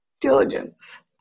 diligence